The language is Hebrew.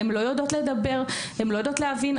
הן לא יודעות לדבר, הן לא יודעות להבין.